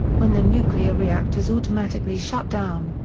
when the nuclear reactors automatically shut down,